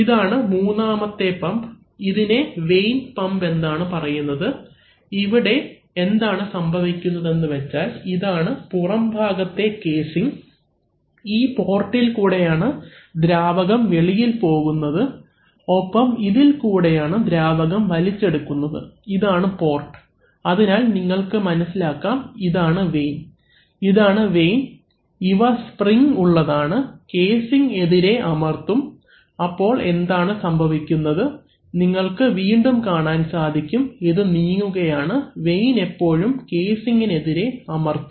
ഇതാണ് മൂന്നാമത്തെ പമ്പ് ഇതിനെ വേൻ പമ്പ് എന്നാണ് പറയുന്നത് ഇവിടെ എന്താണ് സംഭവിക്കുന്നത് എന്നാൽ ഇതാണ് പുറംഭാഗത്തെ കേസിംഗ് ഈ പോർട്ടിൽ കൂടെയാണ് ദ്രാവകം വെളിയിൽ പോകുന്നത് ഒപ്പം ഇതിൽ കൂടെയാണ് ദ്രാവകം വലിച്ചെടുക്കുന്നത് ഇതാണ് പോർട്ട് അതിനാൽ നിങ്ങൾക്ക് മനസ്സിലാക്കാം ഇതാണ് വേൻ ഇതാണ് വേൻ ഇവ സ്പ്രിംഗ് ഉള്ളതാണ് കേസിംഗ് എതിരെ അമർത്തും അപ്പോൾ എന്താണ് സംഭവിക്കുന്നത് നിങ്ങൾക്ക് വീണ്ടും കാണാൻ സാധിക്കും ഇത് നീങ്ങുകയാണ് വേൻ എപ്പോഴും കേസിംഗ് എതിരേ അമർത്തും